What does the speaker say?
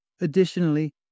Additionally